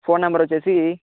phone number వచ్చేసి